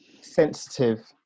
sensitive